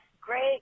Great